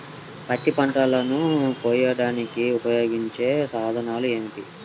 పత్తి పంటలను కోయడానికి ఉపయోగించే సాధనాలు ఏమిటీ?